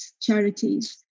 charities